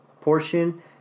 portion